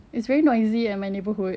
it's very noisy at my neighbourhood